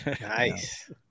nice